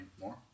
more